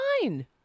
Fine